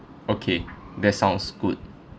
okay that sounds good